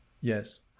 Yes